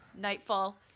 nightfall